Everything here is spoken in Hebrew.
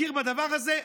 מכיר בדבר הזה,